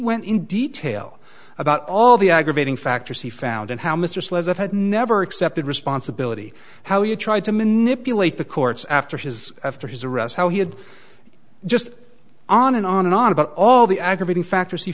went in detail about all the aggravating factors he found and how mr slezak had never accepted responsibility how you tried to manipulate the courts after his after his arrest how he had just on and on and on about all the aggravating factors he